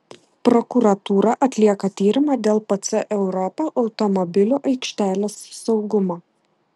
prokuratūra atlieka tyrimą dėl pc europa automobilių aikštelės saugumo